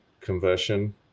conversion